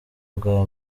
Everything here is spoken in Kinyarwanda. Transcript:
bwa